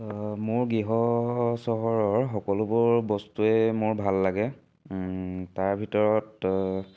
মোৰ গৃহ চহৰৰ সকলোবোৰ বস্তুৱে মোৰ ভাল লাগে তাৰ ভিতৰত